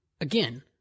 Again